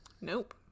nope